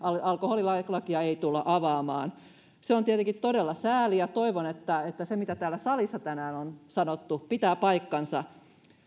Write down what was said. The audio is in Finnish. alkoholilakia ei tulla avaamaan se on tietenkin todella sääli ja toivon että se mitä täällä salissa tänään on sanottu pitää paikkansa